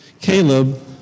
Caleb